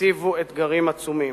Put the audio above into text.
הציבו אתגרים עצומים.